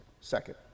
Second